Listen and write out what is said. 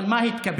אבל מה התקבל?